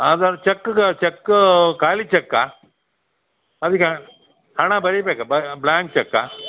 ಆದಾದ್ರೆ ಚಕ್ ಗಾ ಚೆಕ್ ಖಾಲಿ ಚೆಕ್ಕ ಅದಕ್ಕೆ ಹಣ ಬರಿಬೇಕಾ ಬ್ಲಾಂಕ್ ಚೆಕ್ಕ